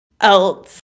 else